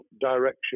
direction